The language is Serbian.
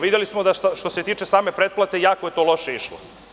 Videli smo da što se tiče same pretplate jako je to loše išlo.